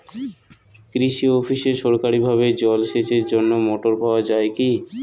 কৃষি অফিসে সরকারিভাবে জল সেচের জন্য মোটর পাওয়া যায় কি?